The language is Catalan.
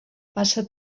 passa